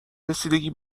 رسیدگی